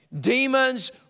Demons